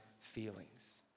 feelings